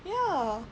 ya